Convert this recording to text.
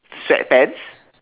sweatpants